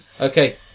Okay